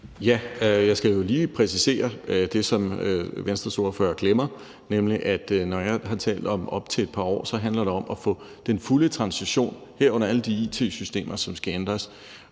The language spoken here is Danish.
Jeg skal lige præcisere det, som Venstres ordfører glemmer, nemlig at når jeg har talt om op til et par år, så handler det om at få den fulde transition, herunder alle de it-systemer, som skal ændres